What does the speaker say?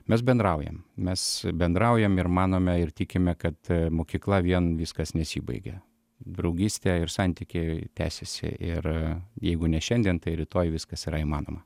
mes bendraujam mes bendraujam ir manome ir tikime kad mokykla vien viskas nesibaigia draugystė ir santykiai tęsiasi ir jeigu ne šiandien tai rytoj viskas yra įmanoma